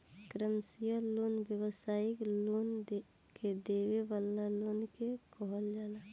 commercial loan व्यावसायिक लोग के देवे वाला लोन के कहल जाला